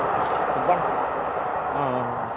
సుబ్బన్ననా